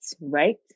right